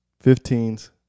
Fifteens